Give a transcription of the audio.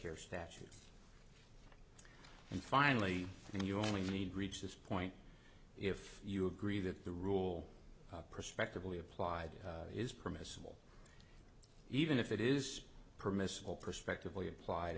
are statute and finally you only need to reach this point if you agree that the rule prospectively applied is permissible even if it is permissible prospectively applied